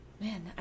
Man